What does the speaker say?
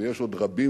ויש עוד רבים,